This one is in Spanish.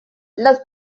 las